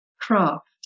craft